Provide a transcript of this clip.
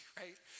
right